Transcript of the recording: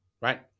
right